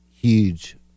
huge